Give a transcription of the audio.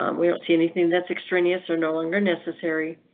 um we don't see anything that's extraneous or no longer necessary,